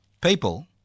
people